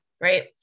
right